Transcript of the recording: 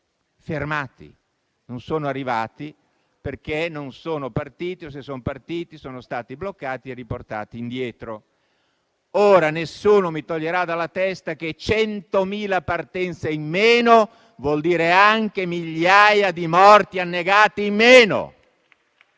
fermati; non sono arrivati perché non sono partiti o, se sono partiti, sono stati bloccati e riportati indietro. Nessuno mi toglierà dalla testa che 100.000 partenze in meno vuol dire anche migliaia di morti annegati in meno.